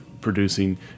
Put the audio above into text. producing